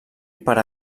per